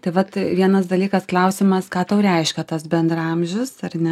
tai vat vienas dalykas klausimas ką tau reiškia tas bendraamžis ar ne